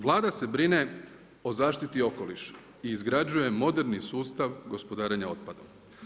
Vlada se brine o zaštiti okoliša i izgrađuje moderni sustav gospodarenja otpadom.